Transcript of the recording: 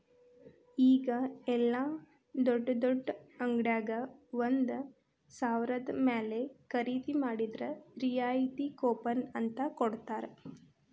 ಈಗ ಯೆಲ್ಲಾ ದೊಡ್ಡ್ ದೊಡ್ಡ ಅಂಗಡ್ಯಾಗ ಒಂದ ಸಾವ್ರದ ಮ್ಯಾಲೆ ಖರೇದಿ ಮಾಡಿದ್ರ ರಿಯಾಯಿತಿ ಕೂಪನ್ ಅಂತ್ ಕೊಡ್ತಾರ